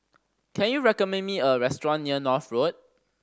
can you recommend me a restaurant near North Road